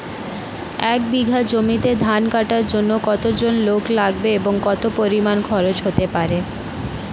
এক বিঘা জমিতে ধান কাটার জন্য কতজন লোক লাগবে এবং কত পরিমান খরচ হতে পারে?